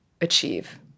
achieve